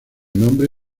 nombre